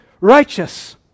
righteous